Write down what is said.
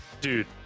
dude